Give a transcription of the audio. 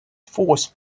forced